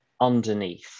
underneath